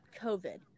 covid